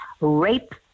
rape